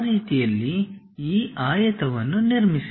ಆ ರೀತಿಯಲ್ಲಿಈ ಆಯತವನ್ನು ನಿರ್ಮಿಸಿ